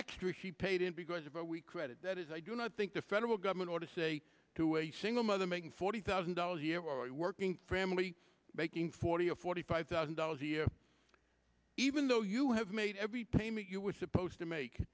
extra he paid in because of what we credit that is i do not think the federal government ought to say to a single mother making forty thousand dollars a year or a working family making forty or forty five thousand dollars a year even though you have made every payment you were supposed to make